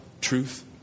truth